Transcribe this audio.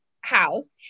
house